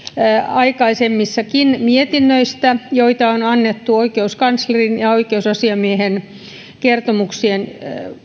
aikaisemmissakin mietinnöissä joita on annettu oikeuskanslerin ja oikeusasiamiehen kertomuksien